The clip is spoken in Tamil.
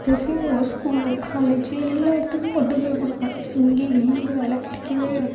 ரெஸ்ஸுமு ஸ்கூலு காலேஜு எல்லா இடத்துக்கும் கொண்டு போய் கொடுப்பேன் எங்கேயுமே எனக்கு வேலை கிடைக்கவே கிடைக்காது